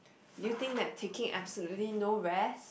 do you think that taking absolutely no rest